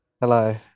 Hello